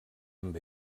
amb